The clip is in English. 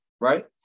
right